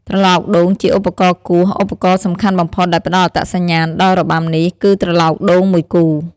ត្រឡោកដូងជាឧបករណ៍គោះ ឧបករណ៍សំខាន់បំផុតដែលផ្តល់អត្តសញ្ញាណដល់របាំនេះ គឺត្រឡោកដូងមួយគូ។